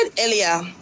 earlier